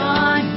on